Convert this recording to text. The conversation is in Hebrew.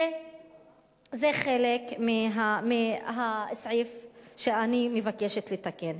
וזה חלק מהסעיף שאני מבקשת לתקן.